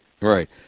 Right